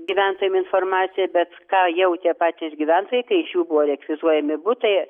gyventojam informaciją bet ką jautė patys gyventojai tai iš jų buvo rekvizuojami butai